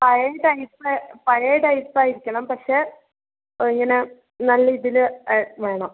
പഴയ ടൈപ്പ് പഴയ ടൈപ്പ് ആയിരിക്കണം പക്ഷേ ഇങ്ങനെ നല്ല ഇതിൽ വേണം